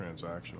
transactional